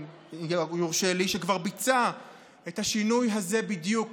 אם יורשה לי, שכבר ביצע את השינוי הזה בדיוק